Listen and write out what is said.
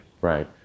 Right